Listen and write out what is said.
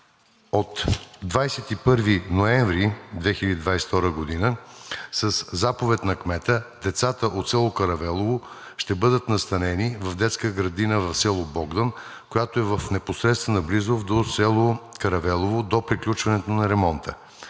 От 21 ноември 2022 г. със заповед на кмета децата от село Каравелово ще бъдат настанени в детска градина в село Богдан, която е в непосредствена близост до село Каравелово до приключването на ремонта.